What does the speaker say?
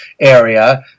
area